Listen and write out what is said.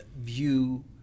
view